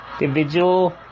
individual